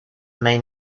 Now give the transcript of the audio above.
may